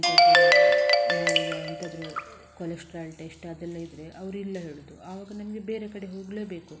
ಎಂಥಾದರೂ cholesterol test ಅದೆಲ್ಲ ಇದ್ದರೆ ಅವರಿಲ್ಲ ಹೇಳುವುದು ಆವಾಗ ನಮಗೆ ಬೇರೆ ಕಡೆ ಹೋಗಲೇಬೇಕು